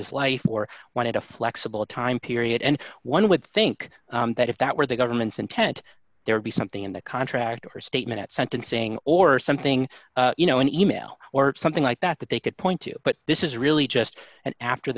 his life or wanted a flexible time period and one would think that if that were the government's intent there would be something in the contract or statement at sentencing or something you know an e mail or something like that that they could point to but this is really just an after